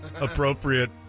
appropriate